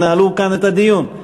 תנהלו כאן את הדיון.